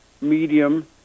medium